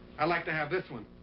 i'd like to have this one,